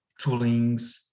toolings